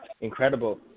incredible